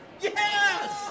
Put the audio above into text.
Yes